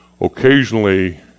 occasionally